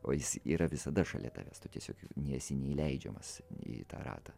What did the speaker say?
o jis yra visada šalia tavęs tu tiesiog nesi neįleidžiamas į tą ratą